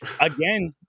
again